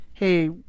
hey